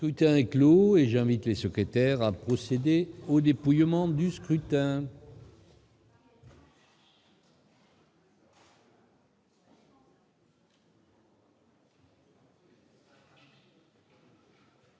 Le scrutin est clos. J'invite Mmes et MM. les secrétaires à procéder au dépouillement du scrutin.